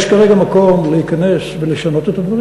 יש כרגע מקום להיכנס ולשנות את הדברים